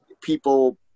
people